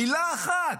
מילה אחת.